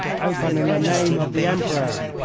open in the name of the emperor!